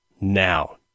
now